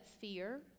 fear